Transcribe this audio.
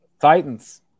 Titans